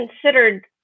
considered